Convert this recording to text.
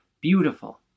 beautiful